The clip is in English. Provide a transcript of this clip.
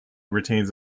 retains